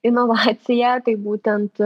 inovaciją tai būtent